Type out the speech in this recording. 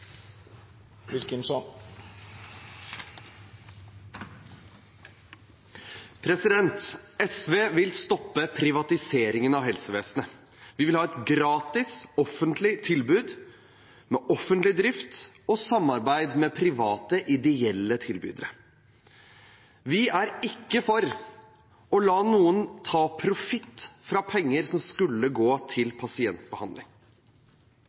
SV vil stoppe privatiseringen av helsevesenet. Vi vil ha et gratis offentlig tilbud med offentlig drift og samarbeid med private ideelle tilbydere. Vi er ikke for å la noen ta profitt fra penger som skulle